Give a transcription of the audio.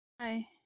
hi